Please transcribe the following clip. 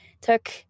took